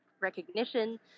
recognition